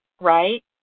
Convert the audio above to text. right